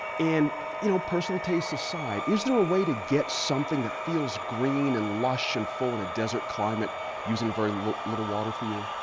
and you know personal taste aside, is there a way to get something that feels green and lush and full in a desert climate using very little little water for you.